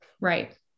Right